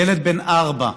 ילד בן ארבע,